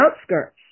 outskirts